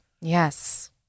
Yes